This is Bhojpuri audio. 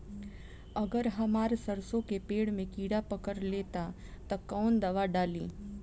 अगर हमार सरसो के पेड़ में किड़ा पकड़ ले ता तऽ कवन दावा डालि?